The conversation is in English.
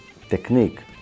technique